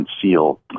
conceal